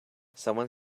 someone